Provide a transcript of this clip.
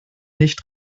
nicht